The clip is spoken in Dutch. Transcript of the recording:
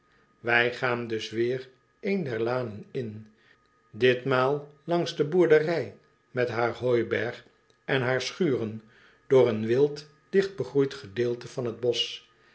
wij gaan dus weêr een der lanen in ditmaal langs de boorderij met haar hooiberg en haar schuren door een wild digtbegroeid gedeelte van het bosch